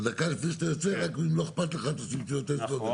אבל דקה לפני שאתה יוצא רק אם לא אכפת לך תשים טביעות אצבע.